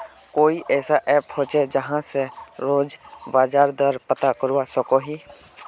कोई ऐसा ऐप होचे जहा से रोज बाजार दर पता करवा सकोहो ही?